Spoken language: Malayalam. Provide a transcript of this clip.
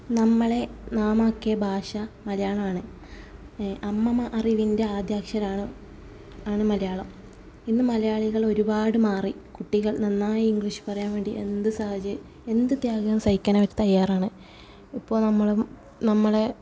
നമ്മളേ നാമാക്കിയ ഭാഷ മലയാളവാണ് അമ്മമ അറിവിൻ്റെ ആദ്യാക്ഷരാണ് ആണ് മലയാളം ഇന്ന് മലയാളികളൊര്പാട് മാറി കുട്ടികൾ നന്നായി ഇംഗ്ലീഷ് പറയാൻ വേണ്ടി എന്ത് സാഹചെ എന്ത് ത്യാഗവും സഹിക്കാനവര് തയ്യാറാണ് ഇപ്പോൾ നമ്മള് നമ്മളേ